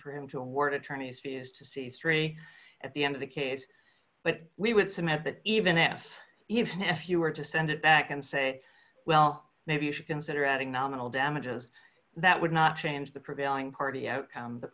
for him to award attorneys fees to see three dollars at the end of the case but we would submit that even if even if you were to send it back and say well maybe you should consider adding nominal damages that would not change the prevailing party outcome the